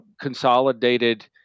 consolidated